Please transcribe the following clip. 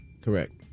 Correct